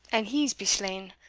and he's be slain,